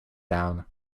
down